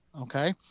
Okay